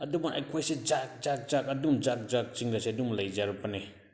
ꯑꯗꯨꯃꯥꯏꯅ ꯑꯩꯈꯣꯏꯁꯦ ꯖꯥꯠ ꯖꯥꯠ ꯖꯥꯠ ꯑꯗꯨꯝ ꯖꯥꯠ ꯖꯥꯠ ꯁꯤꯡ ꯑꯁꯦ ꯑꯗꯨꯝ ꯂꯩꯖꯔꯛꯄꯅꯦ